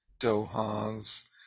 Doha's